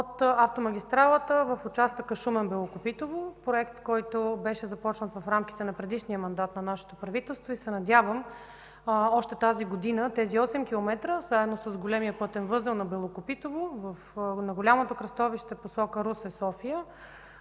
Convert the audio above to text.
от автомагистрала „Хемус” в участъка Шумен – Белокопитово, проект, който беше започнат в рамките на предишния мандат на нашето правителство, и се надявам още тази година тези 8 км, заедно с големия пътен възел на Белокопитово, на голямото кръстовище в посока Русе – София